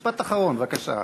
משפט אחרון, בבקשה.